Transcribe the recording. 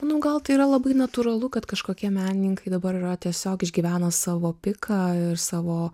nu gal tai yra labai natūralu kad kažkokie menininkai dabar yra tiesiog išgyvena savo piką ir savo